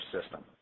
system